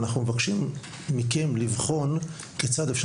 ואנחנו מבקשים מכם לבחון כיצד אפשר